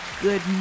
Good